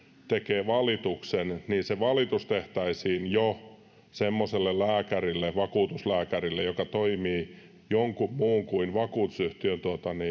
tekee valituksen niin se valitus tehtäisiin semmoiselle vakuutuslääkärille joka toimii jonkun muun kuin vakuutusyhtiön